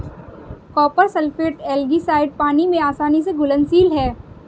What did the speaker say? copper sulphate algicide पानी में आसानी से घुलनशील है